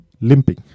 limping